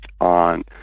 on